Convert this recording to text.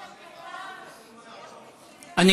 238), התשע"ז 2017, נתקבלה.